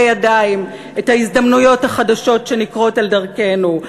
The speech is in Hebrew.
ידיים את ההזדמנויות החדשות שנקרות על דרכנו,